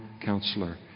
counselor